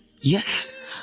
yes